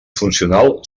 funcional